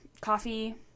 coffee